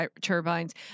turbines